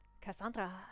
Cassandra